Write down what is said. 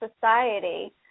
society